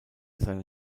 seine